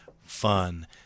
fun